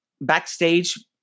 backstage